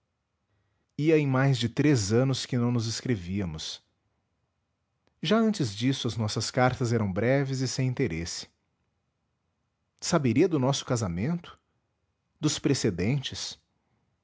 ia em mais de três anos que nos não escrevíamos já antes disso as nossas cartas eram breves e sem interesse saberia do nosso casamento dos precedentes